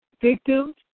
victims